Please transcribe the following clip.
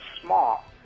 small